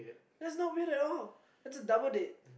that's not weird at all that's a double date